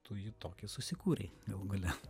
tu jį tokį susikūrei galų gale